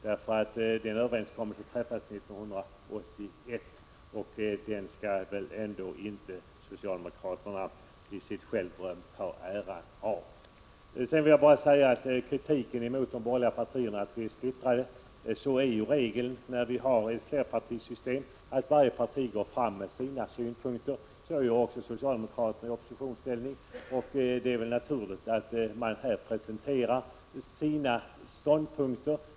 Den överenskommelse som det gäller träffades 1981, och den skall väl ändå inte socialdemokraterna i sitt självberöm ta åt sig äran av. Jan Bergqvist var kritisk mot att de borgerliga partierna är splittrade. Regeln när man har ett flerpartisystem är att varje parti går fram med sina synpunkter. Så gör också socialdemokraterna i oppositionsställning. Det är naturligt att de borgerliga partierna här presenterar sina ståndpunkter.